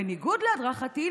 בניגוד להדרכתי,